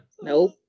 nope